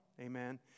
Amen